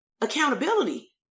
Accountability